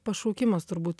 pašaukimas turbūt